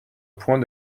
point